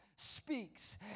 speaks